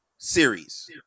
series